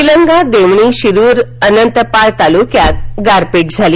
निलंगा देवणी शिरुर अनंतपाळ तालुक्यात गारपीट झाली